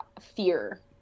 fear